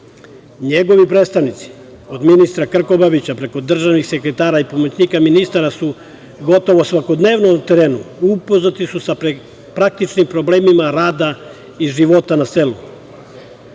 Njegovi predstavnici, od ministra Krkobabića, preko državnih sekretara i pomoćnika ministara su gotovo svakodnevno na terenu i upoznati su sa praktičnim problemima rada i života na selu.